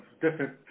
different